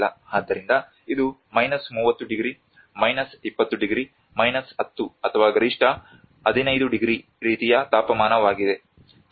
ಆದ್ದರಿಂದ ಇದು 30 degree 20 degree 10 ಅಥವಾ ಗರಿಷ್ಠ 15 ಡಿಗ್ರಿ ರೀತಿಯ ತಾಪಮಾನವಾಗಿದೆ